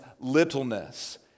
littleness